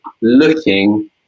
looking